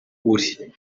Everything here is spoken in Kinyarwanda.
uri